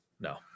no